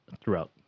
throughout